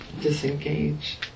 disengage